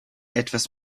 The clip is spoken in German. etwas